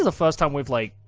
ah first time we've like,